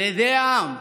על ידי העם,